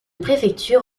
préfecture